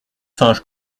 singes